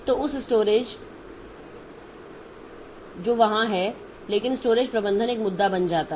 तो उस तरह स्टोरेज वहाँ है लेकिन स्टोरेज प्रबंधन एक मुद्दा बन जाता है